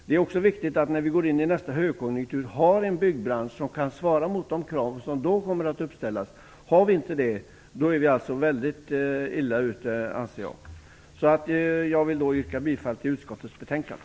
Det är också viktigt att vi när vi går in i nästa högkonjunktur har en byggbransch som kan svara mot de krav som då kommer att uppställas. Har vi inte det, är vi enligt min uppfattning mycket illa ute. Jag yrkar bifall till utskottets hemställan.